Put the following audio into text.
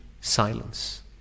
silence